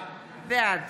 בעד